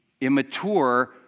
immature